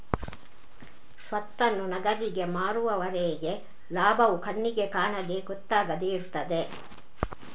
ಸ್ವತ್ತನ್ನು ನಗದಿಗೆ ಮಾರುವವರೆಗೆ ಲಾಭವು ಕಣ್ಣಿಗೆ ಕಾಣದೆ ಗೊತ್ತಾಗದೆ ಇರ್ತದೆ